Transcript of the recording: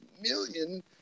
million